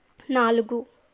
నాలుగు